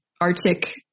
Arctic